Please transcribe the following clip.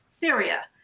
Syria